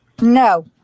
No